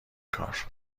کار